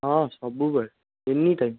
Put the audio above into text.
ହଁ ସବୁବେଳେ any time